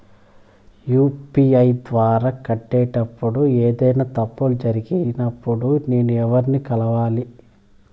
UPI ద్వారా కట్టేటప్పుడు ఏదైనా తప్పులు జరిగినప్పుడు నేను ఎవర్ని కలవాలి?